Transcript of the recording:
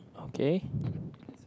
okay